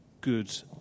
good